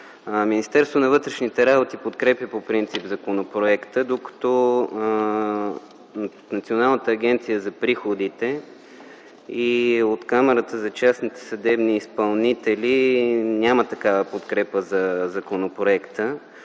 Министерството на вътрешните работи подкрепя по принцип законопроекта, докато Националната агенция за приходите и от Камарата за частните съдебни изпълнители нямат такава подкрепа за законопроекта.